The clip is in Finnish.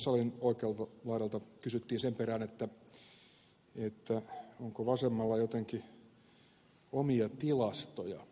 salin oikealta laidalta kysyttiin sen perään onko vasemmalla jotenkin omia tilastoja joilla näitä tuloeroarvioita tehdään